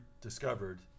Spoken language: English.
discovered